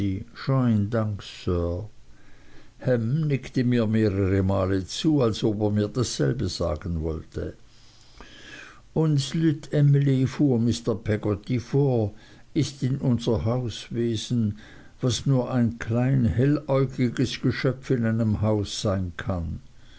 sir ham nickte mir mehrere male zu als ob er mir dasselbe sagen wollte üns lütt emly fuhr mr peggotty fort ist in unser huus wesen was nur ein klein helläugiges geschöpf in einem haus sein kann